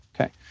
okay